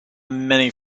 many